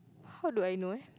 how do I know eh